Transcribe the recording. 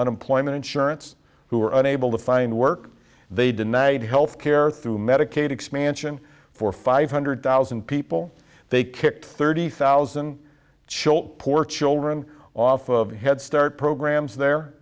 unemployment insurance who were unable to find work they denied health care through medicaid expansion for five hundred thousand people they kicked thirty thousand chill poor children off of head start programs the